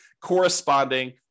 corresponding